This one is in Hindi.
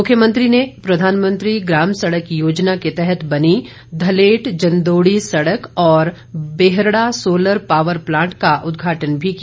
मुख्यमंत्री ने प्रधानमंत्री ग्राम सड़क योजना के तहत बनी धलेट जंदोड़ी सड़क और बेहरड़ा सोलर पावर प्लांट का उदघाटन भी किया